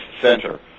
center